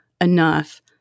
enough